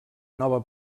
nova